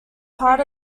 part